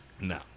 No